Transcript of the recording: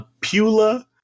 Pula